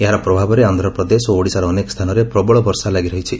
ଏହାର ପ୍ରଭାବରେ ଆନ୍ଧ୍ରପ୍ରଦେଶ ଓ ଓଡ଼ିଶାର ଅନେକ ସ୍ଚାନରେ ପ୍ରବଳ ବର୍ଷା ଲାଗିରହିଛି